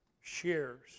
shares